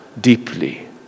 deeply